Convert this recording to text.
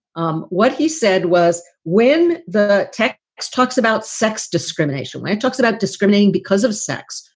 um what he said was when the text talks about sex discrimination, when it talks about discriminating because of sex,